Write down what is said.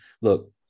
look